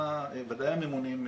ודאי הממונים,